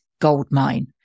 Goldmine